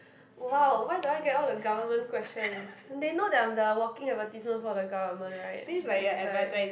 !wow! why do I get all the government questions they know that I'm the walking advertisement for the government right this is like